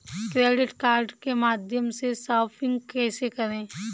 Credit card के माध्यम से शॉपिंग कैसे करें?